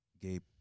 Gabe